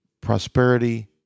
prosperity